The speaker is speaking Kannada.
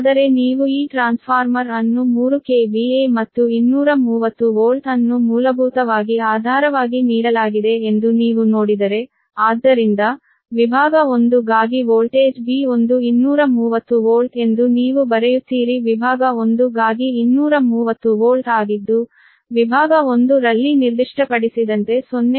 ಆದರೆ ನೀವು ಈ ಟ್ರಾನ್ಸ್ಫಾರ್ಮರ್ ಅನ್ನು 3 KVA ಮತ್ತು 230 ವೋಲ್ಟ್ ಅನ್ನು ಮೂಲಭೂತವಾಗಿ ಆಧಾರವಾಗಿ ನೀಡಲಾಗಿದೆ ಎಂದು ನೀವು ನೋಡಿದರೆ ಆದ್ದರಿಂದ ವಿಭಾಗ 1 ಗಾಗಿ ವೋಲ್ಟೇಜ್ B1 230 ವೋಲ್ಟ್ ಎಂದು ನೀವು ಬರೆಯುತ್ತೀರಿ ವಿಭಾಗ 1 ಗಾಗಿ 230 ವೋಲ್ಟ್ ಆಗಿದ್ದು ವಿಭಾಗ 1 ರಲ್ಲಿ ನಿರ್ದಿಷ್ಟಪಡಿಸಿದಂತೆ 0